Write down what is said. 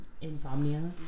Insomnia